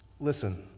Listen